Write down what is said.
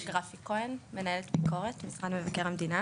אני מנהלת ביקורת במשרד מבקר המדינה.